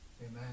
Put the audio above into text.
Amen